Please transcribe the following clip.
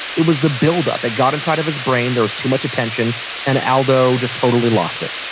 it was the buildup it got inside of his brain. there was too much attention and aldo just totally lost it.